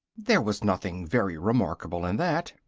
there was nothing very remarkable in that,